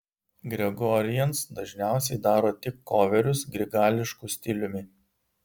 gregorians dažniausiai daro tik koverius grigališku stiliumi